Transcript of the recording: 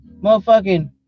motherfucking